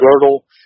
girdle